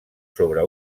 sobre